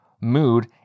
mood